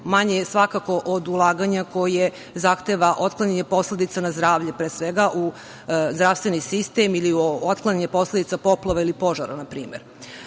manje je svakako od ulaganja koje zahteva otklanjanje posledica na zdravlje pre svega, u zdravstveni sistem ili u otklanjanje posledica poplava ili požara, na primer. Odbor